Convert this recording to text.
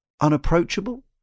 unapproachable